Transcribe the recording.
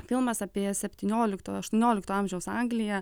filmas apie septyniolikto aštuoniolikto amžiaus angliją